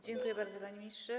Dziękuję bardzo, panie ministrze.